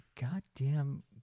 goddamn